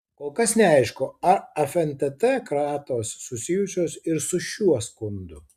kol kas neaišku ar fntt kratos susijusios ir su šiuo skundu